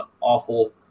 awful